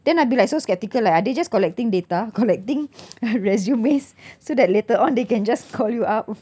then I'll be like so skeptical like are they just collecting data collecting resumes so that later on they can just call you up